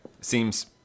Seems